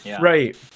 Right